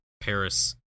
paris